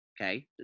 okay